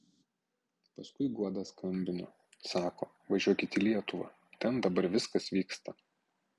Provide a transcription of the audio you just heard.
paskui guoda skambino sako važiuokit į lietuvą ten dabar viskas vyksta